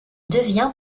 devient